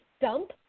dump